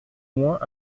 moins